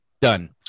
Done